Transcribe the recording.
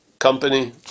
company